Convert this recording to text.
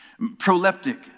Proleptic